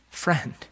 friend